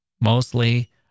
Mostly